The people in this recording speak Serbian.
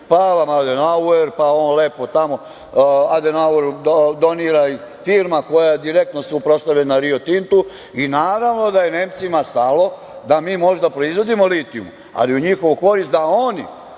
Adenauer, pa on lepo tamo donira, firma koja je direktno suprotstavljena „Rio Tintu“ i naravno da je Nemcima stalo da mi možemo da proizvodimo litijum, ali u njihovu korist, da oni